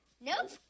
Nope